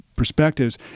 perspectives